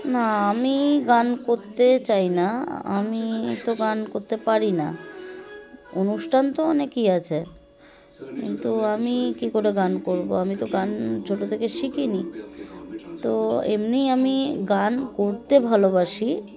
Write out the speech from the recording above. না আমি গান করতে চাই না আমি তো গান করতে পারি না অনুষ্ঠান তো অনেকই আছে কিন্তু আমি কী করে গান করবো আমি তো গান ছোটো থেকে শিখিনি তো এমনিই আমি গান করতে ভালোবাসি